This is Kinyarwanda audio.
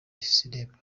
sinema